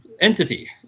entity